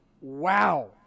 Wow